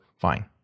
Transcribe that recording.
Fine